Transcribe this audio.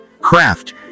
craft